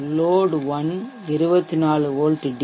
லோட்1 24 volt D